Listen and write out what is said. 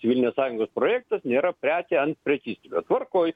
civilinės sąjungos projektas nėra prekė ant prekystalio tvarkoj